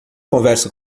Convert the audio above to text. conversa